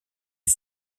est